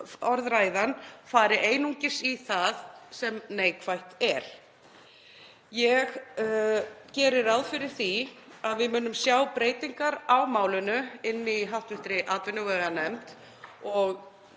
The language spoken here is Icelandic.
orðræðan fari einungis í það sem neikvætt er. Ég geri ráð fyrir því að við munum sjá breytingar á málinu inni í hv. atvinnuveganefnd. Ég